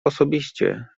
osobiście